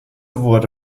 wurde